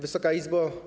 Wysoka Izbo!